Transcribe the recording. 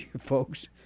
folks